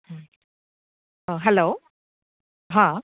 अ hello हा